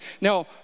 Now